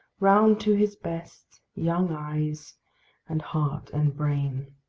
round to his best young eyes and heart and brain.